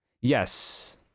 Yes